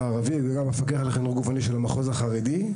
הערבי ומפקח החינוך הגופני במגזר החרדי.